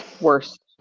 worst